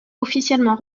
officiellement